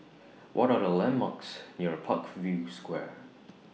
What Are The landmarks near Parkview Square